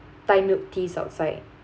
thai milk teas outside